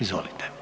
Izvolite.